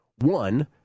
One